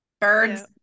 birds